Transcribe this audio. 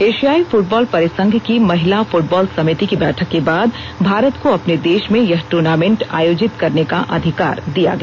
एशियाई फुटबाल परिसंघ की महिला फुटबाल समिति की बैठक के बाद भारत को अपने देश में यह टूर्नामेंट आयोजित करने का अधिकार दिया गया